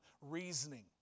reasoning